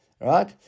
Right